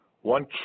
one